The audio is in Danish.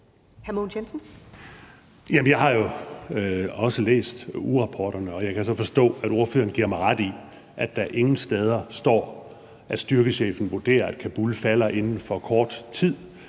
Jeg har jo også læst ugerapporterne, og jeg kan så forstå, at ordføreren giver mig ret i, at der ingen steder står, at styrkechefen vurderer, at Kabul falder inden for kort tid